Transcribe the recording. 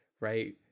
right